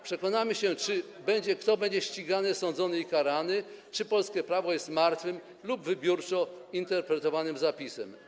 Przekonamy się, kto będzie ścigany, sądzony i karany, czy polskie prawo jest martwym lub wybiórczo interpretowanym zapisem.